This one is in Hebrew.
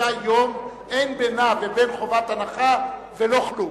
45 יום, אין בינם ובין חובת הנחה ולא כלום.